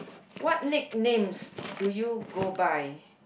what nicknames do you go by